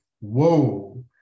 whoa